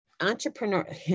entrepreneur